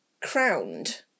crowned